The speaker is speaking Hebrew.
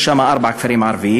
יש שם ארבעה כפרים ערביים: